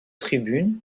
tribunes